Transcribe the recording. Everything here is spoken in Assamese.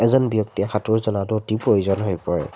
এজন ব্যক্তিয়ে সাঁতোৰ জনাটো অতি প্ৰয়োজন হৈ পৰে